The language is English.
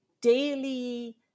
daily